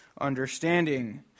understanding